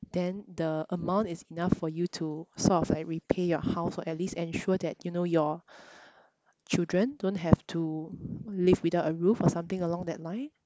then the amount is enough for you to sort of like repay your house or at least ensure that you know your children don't have to live without a roof or something along that line